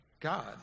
God